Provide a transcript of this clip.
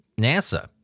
nasa